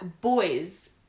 boys